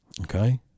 Okay